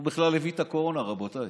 הוא בכלל הביא את הקורונה, רבותיי.